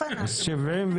לא התקבלה.